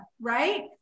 right